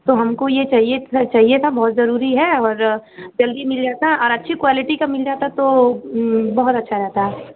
तो हमको यह चाहिए था चाहिए था बहुत ज़रूरी है और जल्दी मिल जाता और अच्छी क्वालिटी का मिल जाता तो बहुत अच्छा रहता